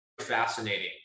fascinating